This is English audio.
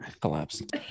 collapsed